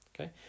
Okay